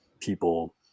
people